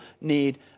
need